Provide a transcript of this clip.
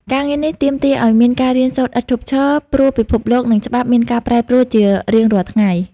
ការងារនេះទាមទារឱ្យមានការរៀនសូត្រឥតឈប់ឈរ ព្រោះពិភពលោក និងច្បាប់មានការប្រែប្រួលជារៀងរាល់ថ្ងៃ។